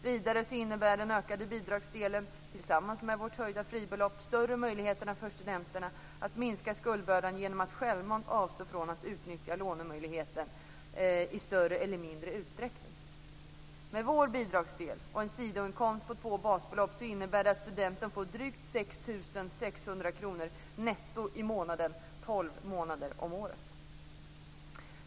Vidare innebär den ökade bidragsdelen, tillsammans med vårt höjda fribelopp, större möjligheter för studenterna att minska skuldbördan genom att självmant avstå från att utnyttja lånemöjligheten i större eller mindre utsträckning. Med vår bidragsdel och en sidoinkomst på två basbelopp, innebär det att studenten får drygt 6 600 kr netto i månaden 12 månader om året.